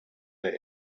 der